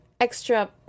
extra